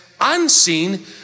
unseen